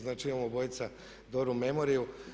Znači imamo obojica dobru memoriju.